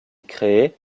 créés